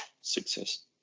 success